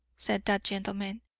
said that gentleman.